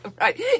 Right